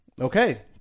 Okay